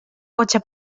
cotxe